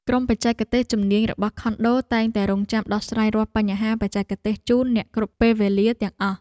ក្រុមបច្ចេកទេសជំនាញរបស់ខុនដូតែងតែរង់ចាំដោះស្រាយរាល់បញ្ហាបច្ចេកទេសជូនអ្នកគ្រប់ពេលវេលាទាំងអស់។